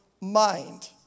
mind